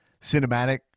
cinematic